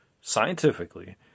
scientifically